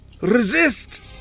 resist